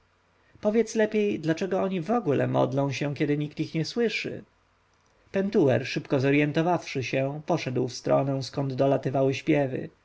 powiedz lepiej dlaczego oni wogóle modlą się kiedy ich nikt nie słyszy pentuer szybko zorjentowawszy się poszedł w stronę skąd dolatywały śpiewy